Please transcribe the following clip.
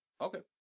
Okay